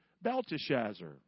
Belteshazzar